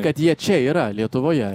kad jie čia yra lietuvoje